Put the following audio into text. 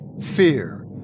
fear